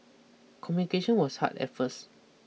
communication was hard at first